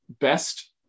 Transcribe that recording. best